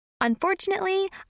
Unfortunately